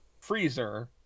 freezer